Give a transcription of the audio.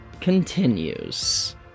continues